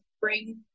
bring